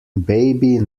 baby